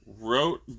wrote